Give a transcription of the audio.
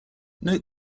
note